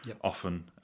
often